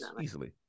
easily